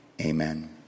Amen